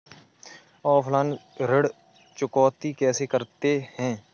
Offline ऋण चुकौती कैसे करते हैं?